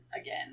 again